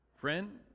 friend